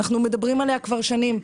אנחנו מדברים עליה כבר שנים.